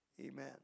amen